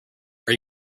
are